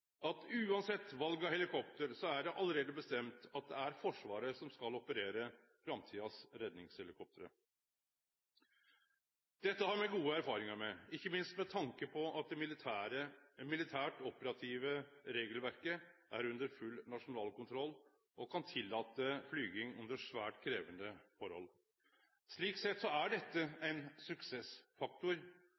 at uansett val av helikopter er det allereie bestemt at det er Forsvaret som skal operere framtidas redningshelikopter. Dette har me gode erfaringar med, ikkje minst med tanke på at det militært operative regelverket er under full nasjonal kontroll og kan tillate flyging under svært krevjande forhold. Slik sett er dette ein suksessfaktor,